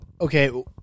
okay